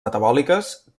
metabòliques